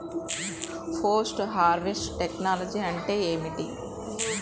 Post harvest technology అంటే ఏమిటి?